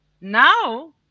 Now